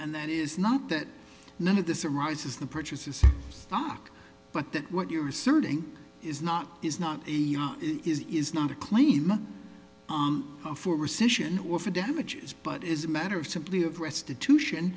and that is not that none of the surprises the purchases fuck but that what you're asserting is not is not is is not a clean on for recision or for damages but is a matter of simply of restitution